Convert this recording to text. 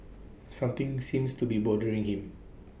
something seems to be bothering him